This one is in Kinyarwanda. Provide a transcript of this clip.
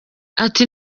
ati